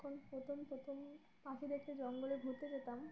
এখন প্রথম প্রথম পাখি দেখতে জঙ্গলে ঘুরতে যেতাম